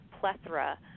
plethora